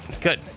Good